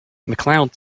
mcleod